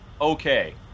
okay